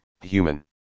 human